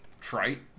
trite